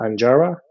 anjara